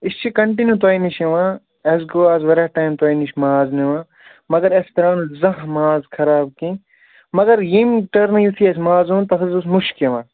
أسۍ چھِ کَنٹِنیوٗ تۄہہِ نِش یِوان اَسہِ گوٚو آز واریاہ ٹایِم تۄہہِ نِش ماز نِوان مگر اَسہِ درٛاو نہٕ زانٛہہ ماز خراب کیٚنٛہہ مگر ییٚمہِ ٹٔرنہٕ یُتھُے اَسہِ ماز اوٚن تَتھ حظ اوس مُشُک یِوان